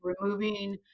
removing